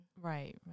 Right